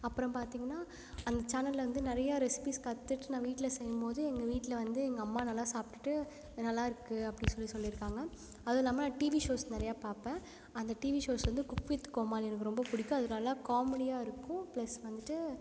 அப்புறம் பார்த்திங்கன்னா அந்த சேனல்ல வந்து நிறையா ரெசிப்பீஸ் கத்துகிட்டு நான் வீட்டில செய்யும்போது எங்கள் வீட்டில வந்து எங்கள் அம்மா நல்லா சாப்பிட்டுட்டு இது நல்லா இருக்குது அப்படின் சொல்லி சொல்லிருக்காங்கள் அதுவும் இல்லாமல் நான் டிவி ஷோஸ் நிறையா பார்ப்பேன் அந்த டிவி ஷோஸ் வந்து குக் வித் கோமாளி எனக்கு ரொம்ப பிடிக்கும் அது நல்லா காமெடியாக இருக்கும் ப்ளஸ் வந்துட்டு